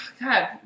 God